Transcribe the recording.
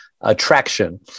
attraction